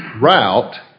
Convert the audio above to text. route